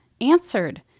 answered